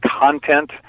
content